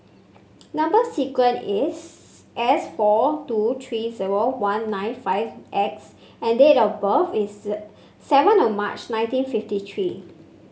number sequence is S four two three zero one nine five X and date of birth is seven O March nineteen fifty three